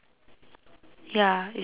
ya it is just a picture